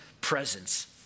presence